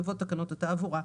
יבוא: תקנות התעבורה.